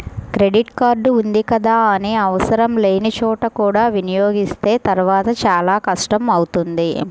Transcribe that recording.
credit card ఉంది కదా అని ఆవసరం లేని చోట కూడా వినియోగిస్తే తర్వాత చాలా కష్టం అవుతుంది